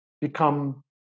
become